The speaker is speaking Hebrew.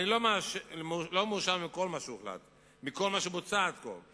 אני לא מאושר מכל מה שהוחלט, מכל מה שבוצע עד כה.